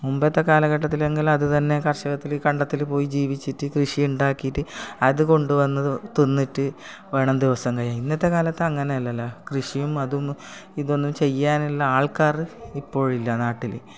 മുമ്പത്തെ കാലഘട്ടത്തിലെങ്കിൽ അത് തന്നെ കർഷകത്തിൽ കണ്ടത്തിൽ പോയി ജീവിച്ചിട്ട് കൃഷി ഉണ്ടാക്കിയിട്ട് അതുകൊണ്ട് വന്ന് തിന്നിട്ട് വേണം ദിവസം കഴിയാൻ ഇന്നത്തെ കാലത്ത് അങ്ങനെയല്ലല്ലോ കൃഷിയും അതൊന്നും ഇതൊന്നും ചെയ്യാനുള്ള ആൾക്കാർ ഇപ്പോഴില്ല നാട്ടിൽ